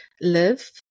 live